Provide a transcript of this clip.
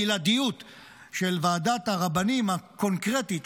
בלעדיות של ועדת הרבנים הקונקרטית,